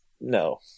No